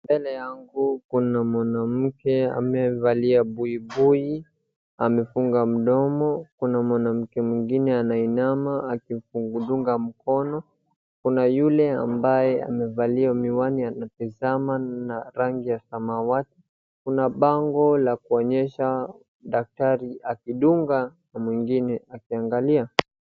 Mbele yangu kuna mwanamke amevalia buibui, amefuga mdomo. kuna mwanamke mwingine anainama akimdunga mkono. kuna yule ambaye amevalia miwani anatazama na rangi ya samawati. Kuna mbao la kuonyesha daktari akidunga mwingine akiangalia.